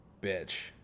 bitch